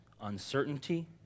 uncertainty